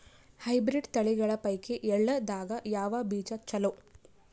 Hybrid ತಳಿಗಳ ಪೈಕಿ ಎಳ್ಳ ದಾಗ ಯಾವ ಬೀಜ ಚಲೋ?